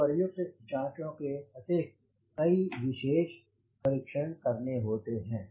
उपर्युक्त जाँचों के अतिरिक्त कई विशेष परीक्षण करने होते हैं